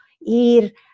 ir